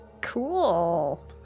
Cool